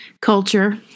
culture